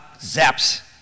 zaps